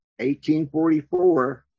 1844